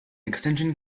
extension